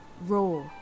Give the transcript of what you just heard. raw